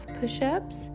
push-ups